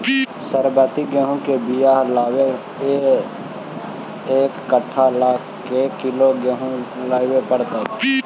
सरबति गेहूँ के बियाह लगबे ल एक कट्ठा ल के किलोग्राम गेहूं लेबे पड़तै?